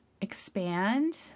expand